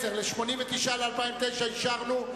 89 ל-2009 אישרנו.